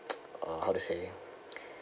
uh how to say